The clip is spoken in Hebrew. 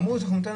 אמרו: ניתן